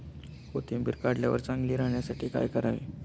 कोथिंबीर काढल्यावर चांगली राहण्यासाठी काय करावे?